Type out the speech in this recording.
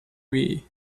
wii